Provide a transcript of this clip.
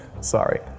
sorry